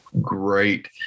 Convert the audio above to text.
great